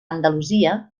andalusia